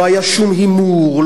לא היה שום הימור,